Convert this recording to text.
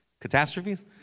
catastrophes